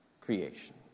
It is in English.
creation